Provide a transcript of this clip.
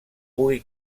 pugui